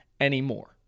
anymore